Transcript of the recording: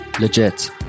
Legit